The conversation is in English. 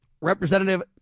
Representative